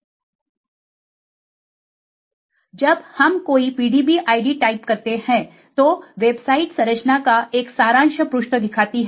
जब हम कोई PDB id टाइप करते हैं तो वेबसाइट संरचना का एक सारांश पृष्ठ दिखाती है